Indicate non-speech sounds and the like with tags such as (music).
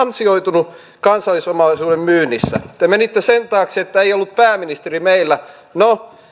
(unintelligible) ansioitunut kansallisomaisuuden myynnissä te menitte sen taakse että ei ollut pääministeri meillä no